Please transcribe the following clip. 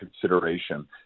consideration